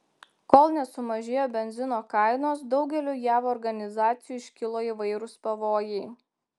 kol nesumažėjo benzino kainos daugeliui jav organizacijų iškilo įvairūs pavojai